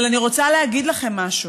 אבל אני רוצה להגיד לכם משהו: